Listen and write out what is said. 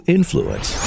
Influence